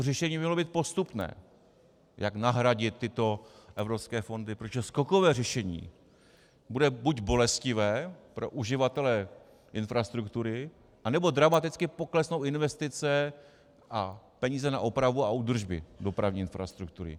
Řešení by mělo být postupné, jak nahradit tyto evropské fondy, protože skokové řešení bude buď bolestivé pro uživatele infrastruktury, anebo dramaticky poklesnou investice a peníze na opravu a údržbu dopravní infrastruktury.